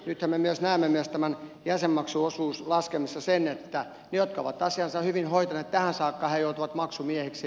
nythän me näemme myös tässä jäsenmaksuosuuslaskemisessa sen että ne jotka ovat asiansa hyvin hoitaneet tähän saakka joutuvat maksumiehiksi